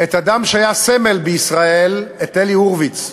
את האדם שהיה סמל בישראל, את אלי הורביץ,